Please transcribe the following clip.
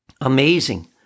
Amazing